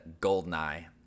GoldenEye